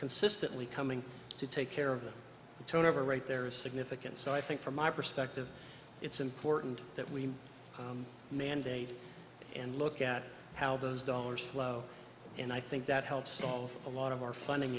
consistently coming to take care of the turnover rate there is significant so i think from my perspective it's important that we mandate and look at how those dollars flow and i think that helps solve a lot of our funding